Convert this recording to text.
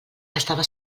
estava